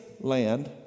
land